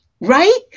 Right